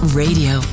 radio